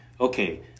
okay